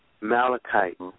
Malachite